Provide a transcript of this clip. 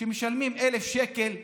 שמשלמים 1,000 שקל למועצה.